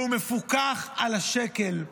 והוא מפוקח על השקל,